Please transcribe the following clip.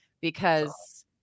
because-